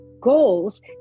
goals